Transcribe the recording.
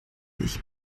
ich